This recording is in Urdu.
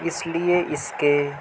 اس لئے اس کے